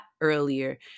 earlier